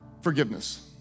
forgiveness